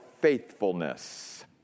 faithfulness